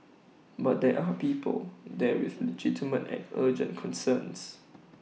but there are people there with legitimate and urgent concerns